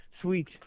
Sweet